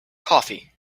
coffee